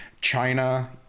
China